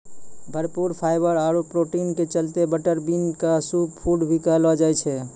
भरपूर फाइवर आरो प्रोटीन के चलतॅ बटर बीन क सूपर फूड भी कहलो जाय छै